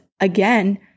again